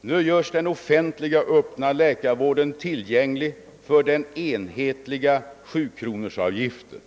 Nu blir den offentliga öppna läkarvården tillgänglig för den enhetliga sjukronorsavgiften.